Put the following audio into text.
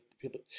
people